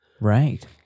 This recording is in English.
Right